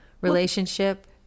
relationship